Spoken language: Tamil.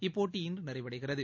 இப்போட்டி இன்றுநிறைவடைகிறது